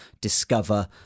discover